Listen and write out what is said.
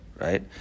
Right